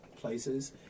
places